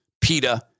PETA